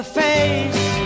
face